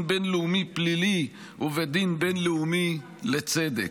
בין-לאומי פלילי ובית דין בין-לאומי לצדק.